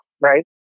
right